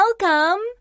welcome